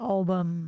Album